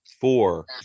four